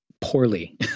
poorly